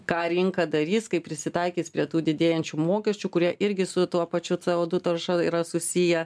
ką rinka darys kaip prisitaikys prie tų didėjančių mokesčių kurie irgi su tuo pačiu c o du tarša yra susiję